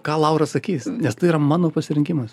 ką laura sakys nes tai yra mano pasirinkimas